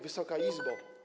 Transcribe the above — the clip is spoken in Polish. Wysoka Izbo!